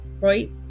right